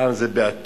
פעם זה בא-טור,